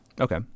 Okay